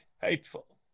hateful